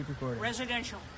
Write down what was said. Residential